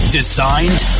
designed